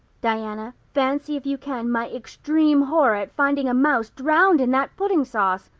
diana, fancy if you can my extreme horror at finding a mouse drowned in that pudding sauce!